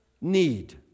need